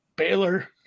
Baylor